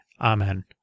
Amen